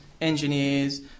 engineers